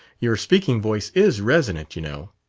your speaking voice is resonant, you know.